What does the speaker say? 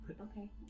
Okay